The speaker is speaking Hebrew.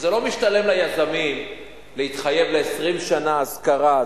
שלא משתלם ליזמים להתחייב ל-20 שנה השכרה,